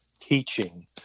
teaching